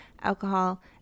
alcohol